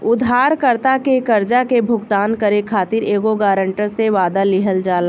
उधारकर्ता के कर्जा के भुगतान करे खातिर एगो ग्रांटर से, वादा लिहल जाला